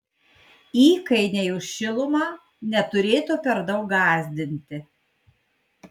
įkainiai už šilumą neturėtų per daug gąsdinti